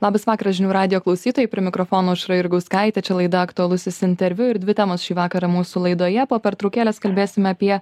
labas vakaras žinių radijo klausytojai prie mikrofono aušra jurgauskaitė čia laida aktualusis interviu ir dvi temos šį vakarą mūsų laidoje po pertraukėlės kalbėsime apie